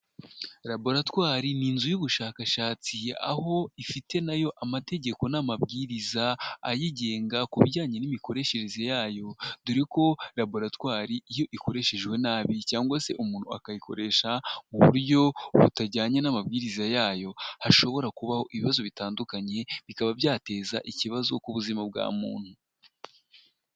Laboratwari ni inzu y'ubushakashatsi aho ifite nayo amategeko n'amabwiriza ayigenga ku bijyanye n'imikoreshereze yayo. Dore ko laboratwari iyo ikoreshejwe nabi cyangwa se umuntu akayikoresha mu buryo butajyanye n'amabwiriza yayo hashobora kubaho ibibazo bitandukanye bikaba byateza ikibazo ku buzima bwa muntu.